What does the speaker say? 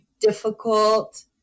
difficult